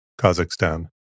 Kazakhstan